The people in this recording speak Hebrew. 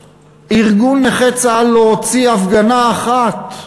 ארגון נכי צה"ל לא הוציא הפגנה אחת.